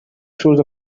through